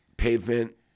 Pavement